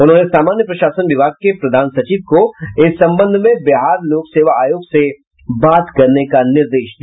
उन्होंने सामान्य प्रशासन विभाग के प्रधान सचिव को इस संबंध में बिहार लोक सेवा आयोग से बात करने का निर्देश दिया